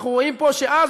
אנחנו רואים פה שאז,